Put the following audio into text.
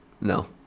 No